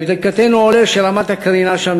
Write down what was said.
מבדיקתנו עולה שרמת הקרינה שם,